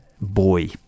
boy